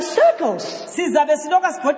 circles